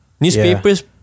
Newspapers